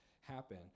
happen